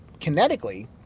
kinetically